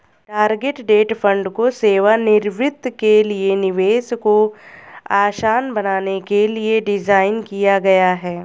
target date fund को सेवानिवृत्ति के लिए निवेश को आसान बनाने के लिए डिज़ाइन किया गया है